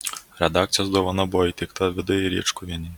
redakcijos dovana buvo įteikta vidai rėčkuvienei